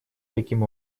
таким